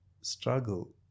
struggle